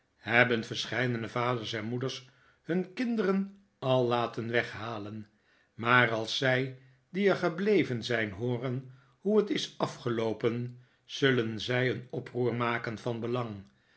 hebben verscheidene vaders en moeders hun kinderen al laten weghalen maar als zij die er gebleven zijn hooren hoe het is afgeloopen zullen zij een oproer maken van belang